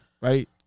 right